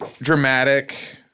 dramatic